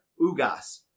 Ugas